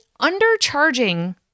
undercharging